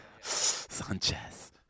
Sanchez